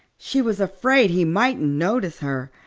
she was afraid he mightn't notice her.